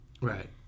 right